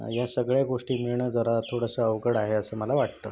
या सगळ्या गोष्टी मिळणं जरा थोडसं अवघड आहे असं मला वाटतं